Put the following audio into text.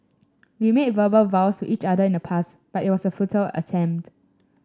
we made verbal vows to each other in the past but it was a futile attempt